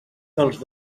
dels